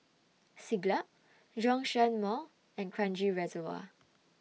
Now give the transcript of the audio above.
Siglap Zhongshan Mall and Kranji Reservoir